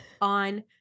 on